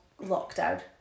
lockdown